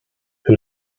who